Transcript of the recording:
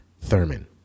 Thurman